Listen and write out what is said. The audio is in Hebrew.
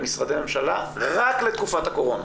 למשרדי הממשלה רק לתקופת הקורונה.